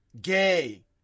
Gay